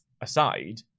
aside